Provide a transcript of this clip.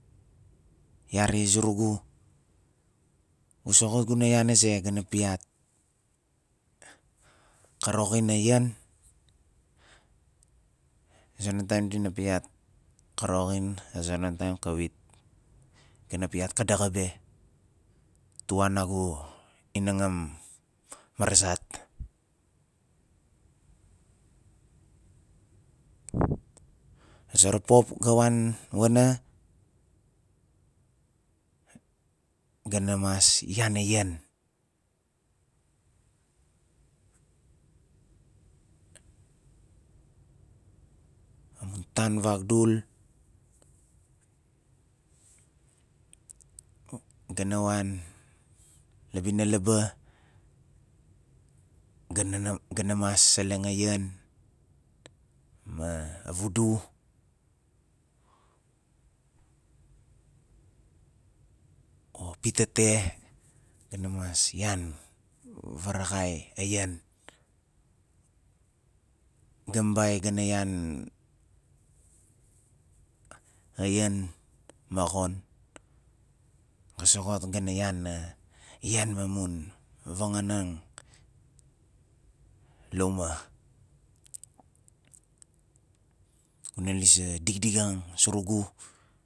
Yari zurugu gu soxot guna ian a ze ga na piat, "ka roxin a ian" a zonon taim dina piat "ka roxin" a zonon taim kawit ga na piat ka daxa be tua nagu e nangam maraxat a zara pop ga wan wana gana mas ian a yan amun tan vagdul gana wan la bina laaba ga- nana gana mas seleng a ian ma a vudu o pitete ga na mas ian varaxai a ian gambai ga na yan a ian ma xon ga soxot gana yan a ian ma mun vanganeng la uma kuna lis a digdigan surugu